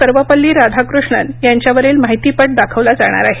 सर्वपल्ली राधाकृष्णन यांच्यावरील माहितीपट दाखवला जाणार आहे